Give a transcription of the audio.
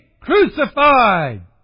crucified